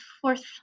fourth